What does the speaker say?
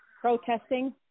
protesting